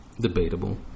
debatable